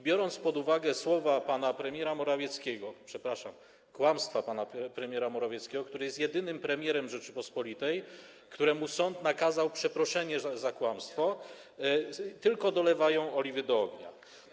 Biorąc pod uwagę słowa pana premiera Morawieckiego, przepraszam, kłamstwa pana premiera Morawieckiego, który jest jedynym premierem Rzeczypospolitej, któremu sąd nakazał przeproszenie za kłamstwo, jest to tylko dolewanie oliwy do ognia.